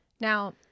Now